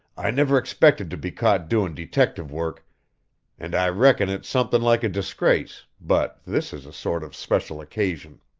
i never expected to be caught doin' detective work and i reckon it's somethin' like a disgrace, but this is a sort of special occasion.